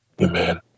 Amen